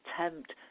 attempt